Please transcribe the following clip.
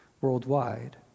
worldwide